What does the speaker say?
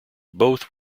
both